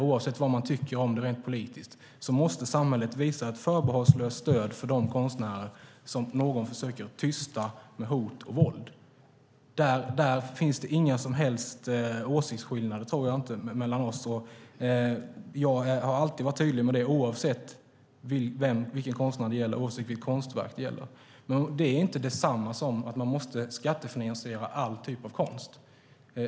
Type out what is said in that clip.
Oavsett vad man tycker om det rent politiskt måste samhället visa ett förbehållslöst stöd för de konstnärer som någon försöker tysta med hot och våld. Där finns det inga som helst åsiktsskillnader mellan oss, tror jag. Jag har alltid varit tydlig med detta oavsett vilken konstnär eller vilket konstverk det gäller. Det är dock inte detsamma som att man måste skattefinansiera all typ av konst.